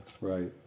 right